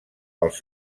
pels